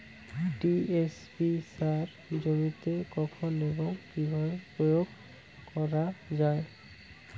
TSP সার জমিতে কখন এবং কিভাবে প্রয়োগ করা য়ায়?